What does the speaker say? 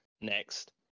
next